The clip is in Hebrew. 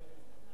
בבקשה, אדוני.